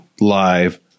live